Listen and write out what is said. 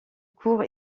courts